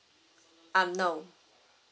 um no